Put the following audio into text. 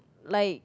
like